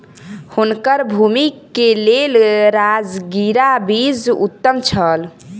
हुनकर भूमि के लेल राजगिरा बीज उत्तम छल